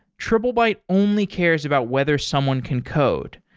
triplebyte only cares about whether someone can code.